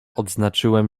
odznaczyłem